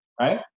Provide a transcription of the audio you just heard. right